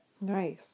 nice